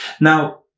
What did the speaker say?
now